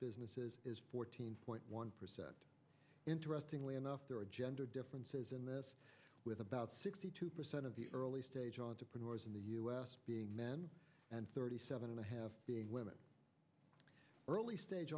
businesses fourteen point one percent interestingly enough there are gender differences in this with about sixty two percent of the early stage entrepreneurs in the us being men and thirty seven and a half being women early stage